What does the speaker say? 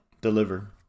deliver